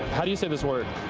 how do you say this word?